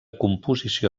composició